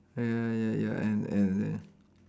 ya ya ya and and and